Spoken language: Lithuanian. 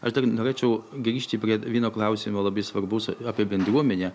aš dar norėčiau grįžti prie vieno klausimo labai svarbaus apie bendruomenę